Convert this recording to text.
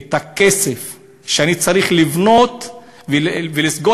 את הכסף שאני צריך בשביל לבנות ולסגור